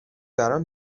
برام